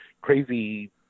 crazy